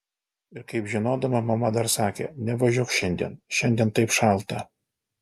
ir kaip žinodama mama dar sakė nevažiuok šiandien šiandien taip šalta